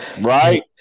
right